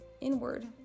inward